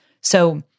So-